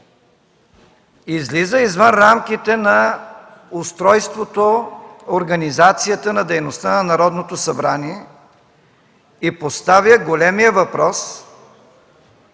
излиза извън рамките на устройството, организацията на дейността на Народното събрание и поставя големия въпрос